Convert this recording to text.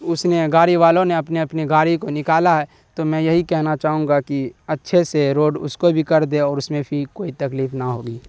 اس نے گاڑی والوں نے اپنی اپنی گاڑی کو نکالا ہے تو میں یہی کہنا چاہوں گا کہ اچھے سے روڈ اس کو بھی کر دے اور اس میں پھر کوئی تکلیف نہ ہوگی